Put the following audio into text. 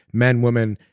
men, women,